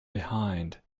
behind